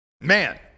Man